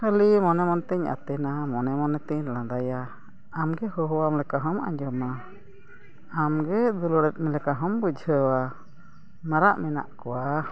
ᱠᱷᱟᱹᱞᱤ ᱢᱚᱱᱮ ᱢᱚᱱᱮ ᱛᱤᱧ ᱟᱛᱮᱱᱟ ᱢᱚᱱᱮ ᱢᱚᱱᱮ ᱛᱤᱧ ᱞᱟᱸᱫᱟᱭᱟ ᱟᱢᱜᱮ ᱦᱚᱦᱚ ᱟᱢ ᱞᱮᱠᱟ ᱦᱚᱢ ᱟᱸᱡᱚᱢᱟ ᱟᱢᱜᱮ ᱫᱩᱞᱟᱹᱲᱮᱫ ᱢᱮ ᱞᱮᱠᱟ ᱦᱚᱢ ᱵᱩᱡᱷᱟᱹᱣᱟ ᱢᱟᱨᱟᱜ ᱢᱮᱱᱟᱜ ᱠᱚᱣᱟ